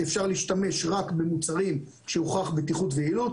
שאפשר להשתמש רק במוצרים שהוכח בטיחות ויעילות.